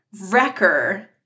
Wrecker